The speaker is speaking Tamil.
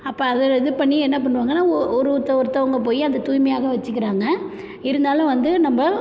அப்போ அதை இது பண்ணி என்ன பண்ணுவாங்கன்னா ஓ ஒரு ஒருத்தர் ஒருத்தவங்க போய் அந்த தூய்மையாக வச்சிக்கிறாங்க இருந்தாலும் வந்து நம்ம